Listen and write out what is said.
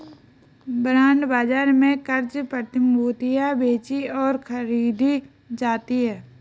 bond बाजार में क़र्ज़ प्रतिभूतियां बेचीं और खरीदी जाती हैं